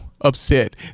upset